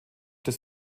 des